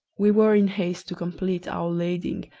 we were in haste to complete our lading,